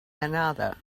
another